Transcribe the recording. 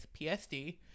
PSD